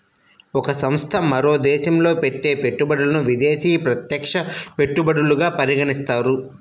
ఒక సంస్థ మరో దేశంలో పెట్టే పెట్టుబడులను విదేశీ ప్రత్యక్ష పెట్టుబడులుగా పరిగణిస్తారు